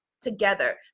together